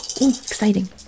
exciting